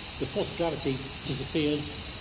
the force of gravity disappears.